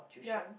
yup